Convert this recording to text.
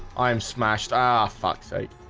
i'm smashed. ah, fuck sake